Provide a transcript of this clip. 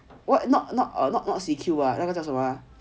why not not not not C_Q 那个叫什么 ah